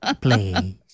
Please